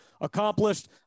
accomplished